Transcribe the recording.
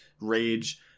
rage –